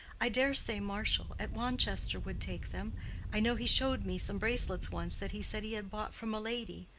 i dare say marshall, at wanchester, would take them i know he showed me some bracelets once that he said he had bought from a lady.